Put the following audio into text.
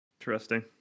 Interesting